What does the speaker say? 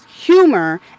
humor